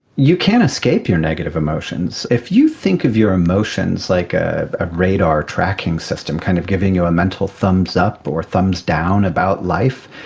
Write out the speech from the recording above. you can't escape your negative emotions. if you think of your emotions like a radar tracking system, kind of giving you a mental thumbs up or thumbs down about life,